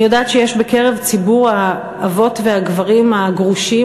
אני יודעת שיש בקרב ציבור האבות והגברים הגרושים,